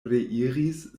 reiris